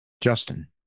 justin